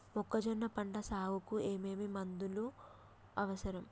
మొక్కజొన్న పంట సాగుకు ఏమేమి మందులు అవసరం?